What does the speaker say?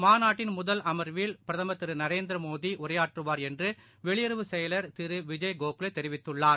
மாநாட்டின் முதல் அம்வில் பிரதமர் திருநரேந்திரமோடிஉரையாற்றுவார் என்றுவெளியுறவு செயலர் திருவிஜய் கோக்லேதெரிவித்துள்ளார்